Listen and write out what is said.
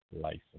license